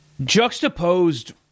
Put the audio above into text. Juxtaposed